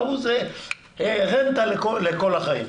והוא זה רנטה לכל החיים.